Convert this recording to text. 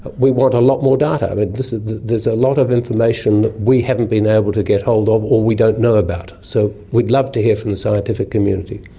we want a lot more data. and there's a lot of information that we haven't been able to get hold of or we don't know about. so we'd love to hear from the scientific community.